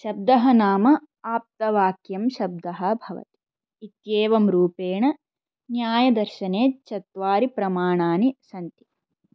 शब्दः नाम आप्तवाक्यं शब्दः भवति इत्येवं रूपेण न्यायदर्शने चत्वारि प्रमाणानि सन्ति